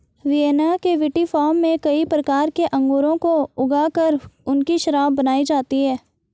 Vienna के विटीफार्म में कई प्रकार के अंगूरों को ऊगा कर उनकी शराब बनाई जाती है